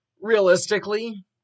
Realistically